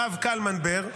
הרב קלמן בר,